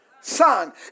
son